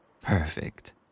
Perfect